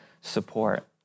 support